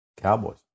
Cowboys